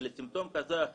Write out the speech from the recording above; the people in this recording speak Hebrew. לסימפטום כזה או אחר,